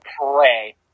pray